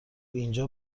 اینجا